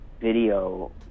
video